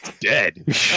dead